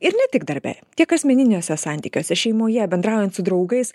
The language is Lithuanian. ir ne tik darbe tiek asmeniniuose santykiuose šeimoje bendraujant su draugais